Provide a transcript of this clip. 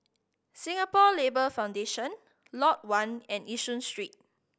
Singapore Labour Foundation Lot One and Yishun Street